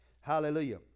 hallelujah